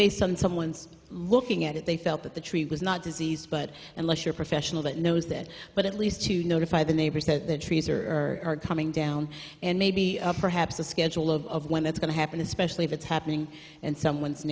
based on someone's looking at it they felt that the tree was not diseased but unless you're professional that knows that but at least to notify the neighbors that the trees are coming down and maybe perhaps a schedule of when that's going to happen especially if it's happening and someone's